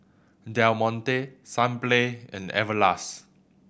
Del Monte Sunplay and Everlast